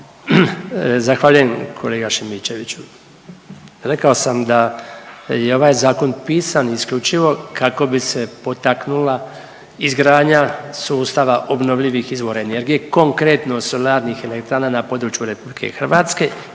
Zahvaljujem kolega Šimičeviću. Rekao sam da je ovaj zakon pisan isključivo kako bi se potaknula izgradnja sustava obnovljivih izvora energije, konkretno solarnih elektrana na području RH i tamo